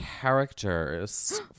Characters